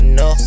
no